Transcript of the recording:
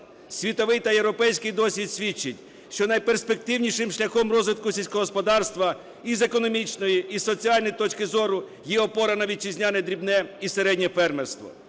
Світовий та європейський досвід свідчить, що найперспективнішим шляхом розвитку сільського господарства і з економічної, і з соціальної точки зору є опора на вітчизняне дрібне і середнє фермерство.